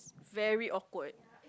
very awkward